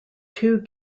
two